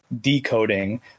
decoding